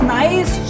nice